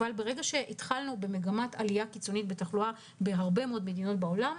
אבל ברגע שהתחלנו במגמת עלייה קיצונית בתחלואה בהרבה מאוד מדינות בעולם,